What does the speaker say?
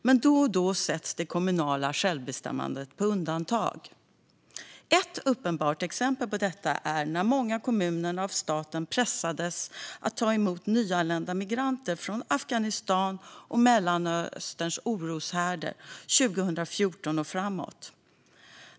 Men då och då sätts det kommunala självbestämmandet på undantag. Ett uppenbart exempel på detta var när många kommuner av staten pressades att ta emot nyanlända migranter från Afghanistan och Mellanösterns oroshärdar 2014 och framåt.